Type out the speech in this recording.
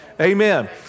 Amen